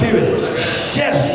Yes